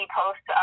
post